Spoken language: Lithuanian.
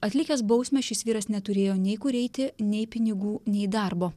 atlikęs bausmę šis vyras neturėjo nei kur eiti nei pinigų nei darbo